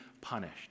punished